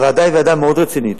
הוועדה היא ועדה מאוד רצינית,